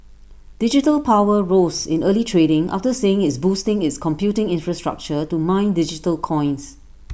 digital power rose in early trading after saying it's boosting its computing infrastructure to mine digital coins